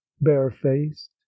barefaced